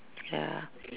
ya